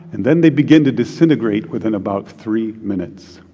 and then they begin to disintegrate within about three minutes.